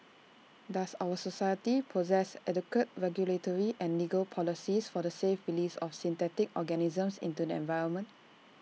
does our society possess adequate regulatory and legal policies for the safe release of synthetic organisms into the environment